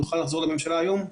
נוכל לחזור לממשלה היום?